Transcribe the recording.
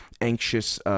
anxious